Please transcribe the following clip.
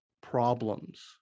problems